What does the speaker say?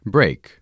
Break